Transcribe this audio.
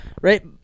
right